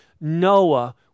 Noah